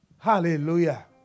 Hallelujah